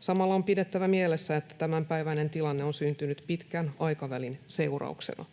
Samalla on pidettävä mielessä, että tämänpäiväinen tilanne on syntynyt pitkän aikavälin seurauksena.